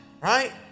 Right